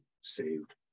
saved